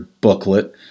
booklet